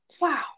Wow